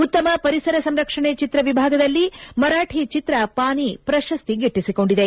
ಉತ್ತಮ ಪರಿಸರ ಸಂರಕ್ಷಣೆ ಚಿತ್ರ ವಿಭಾಗದಲ್ಲಿ ಮರಾಠಿ ಚಿತ್ರ ಪಾನಿ ಪ್ರಶಸ್ತಿ ಗಿಟ್ಟಿಸಿಕೊಂಡಿದೆ